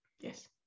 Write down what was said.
Yes